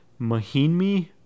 Mahinmi